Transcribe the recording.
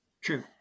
True